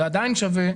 זה עדיין שווה.